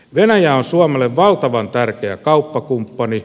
venäjä on suomelle valtavan tärkeä kauppakumppani